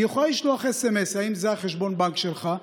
היא יכולה לשלוח סמ"ס: האם זה חשבון הבנק שלך,